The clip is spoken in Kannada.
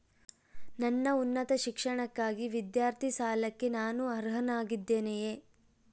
ನನ್ನ ಉನ್ನತ ಶಿಕ್ಷಣಕ್ಕಾಗಿ ವಿದ್ಯಾರ್ಥಿ ಸಾಲಕ್ಕೆ ನಾನು ಅರ್ಹನಾಗಿದ್ದೇನೆಯೇ?